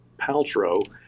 Paltrow